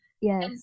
Yes